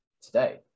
today